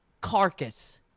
carcass